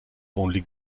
only